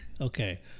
Okay